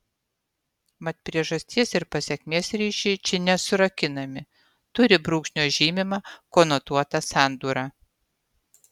mat priežasties ir pasekmės ryšiai čia nesurakinami turi brūkšnio žymimą konotuotą sandūrą